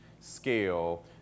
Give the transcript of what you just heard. scale